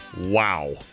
Wow